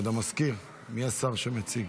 כבוד המזכיר, מי השר שמציג?